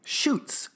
shoots